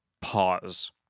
pause